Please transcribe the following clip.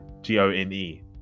G-O-N-E